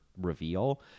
reveal